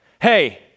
Hey